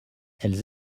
elles